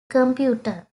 computer